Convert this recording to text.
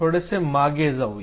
थोडेसे मागे जाऊया